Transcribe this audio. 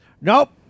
Nope